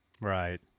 Right